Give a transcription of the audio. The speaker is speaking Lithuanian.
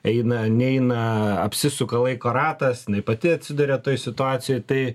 eina neina apsisuka laiko ratas jinai pati atsiduria toj situacijoj tai